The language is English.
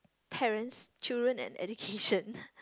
parents children and education